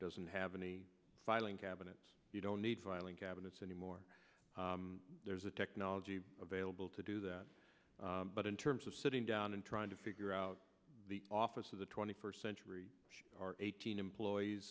doesn't have in a filing cabinet you don't need filing cabinets anymore there's a technology available to do that but in terms of sitting down and trying to figure out the office of the twenty first century are eighteen employees